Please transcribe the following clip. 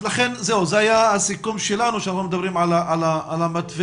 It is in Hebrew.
זה היה הסיכום שלנו, שאנחנו מדברים על המתווה.